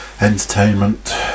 entertainment